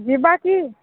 ଯିବା କି